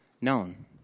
known